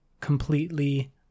completely